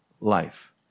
life